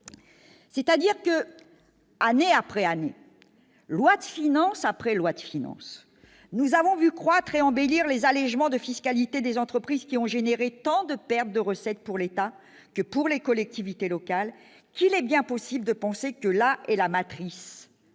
c'est-à-dire que, année après année, loi de finances après loi de finances, nous avons vu croître et embellir les allégements de fiscalité des entreprises qui ont généré tant de pertes de recettes pour l'État pour les collectivités locales, il est bien possible de penser que la est la matrice